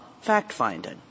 fact-finding